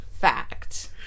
fact